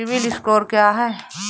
CIBIL score क्या है?